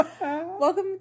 welcome